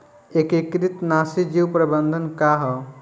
एकीकृत नाशी जीव प्रबंधन का ह?